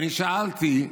אני שאלתי: